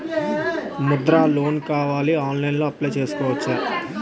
Mudra loan కావాలి అంటే ఆన్లైన్లో అప్లయ్ చేసుకోవచ్చా?